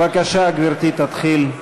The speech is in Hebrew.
גברתי תתחיל.